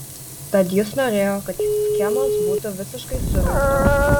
tad jis norėjo kad schemos būtų visiškai surinktos